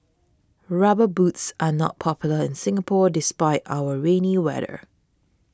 rubber boots are not popular in Singapore despite our rainy weather